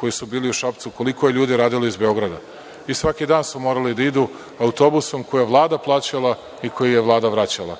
koji su bili u Šapcu, koliko ljudi je radilo iz Beograda? Svaki dan su morali da idu autobusom koji je Vlada plaćala i koji je Vlada vraćala.